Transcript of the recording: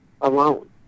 alone